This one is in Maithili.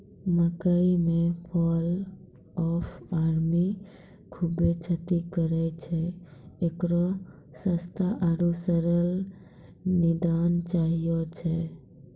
मकई मे फॉल ऑफ आर्मी खूबे क्षति करेय छैय, इकरो सस्ता आरु सरल निदान चाहियो छैय?